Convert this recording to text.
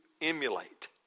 emulate